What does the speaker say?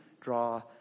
draw